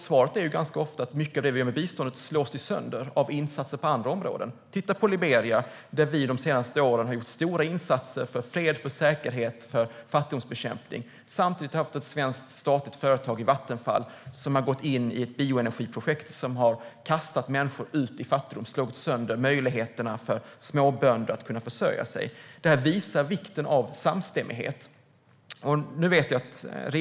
Svaret är att mycket av det vi gör med biståndet slås sönder av insatser på andra områden. I exempelvis Liberia har vi de senaste åren gjort stora insatser för fred, säkerhet och fattigdomsbekämpning. Samtidigt har det svenska statliga företaget Vattenfall gått in i ett bioenergiprojekt som har kastat ut människor i fattigdom och slagit sönder möjligheterna för småbönder att försörja sig. Detta visar vikten av samstämmighet.